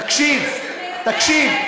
תקשיב,